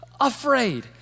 afraid